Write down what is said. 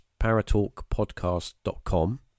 Paratalkpodcast.com